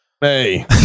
Hey